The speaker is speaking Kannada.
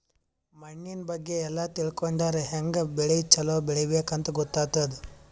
ಮಣ್ಣಿನ್ ಬಗ್ಗೆ ಎಲ್ಲ ತಿಳ್ಕೊಂಡರ್ ಹ್ಯಾಂಗ್ ಬೆಳಿ ಛಲೋ ಬೆಳಿಬೇಕ್ ಅಂತ್ ಗೊತ್ತಾಗ್ತದ್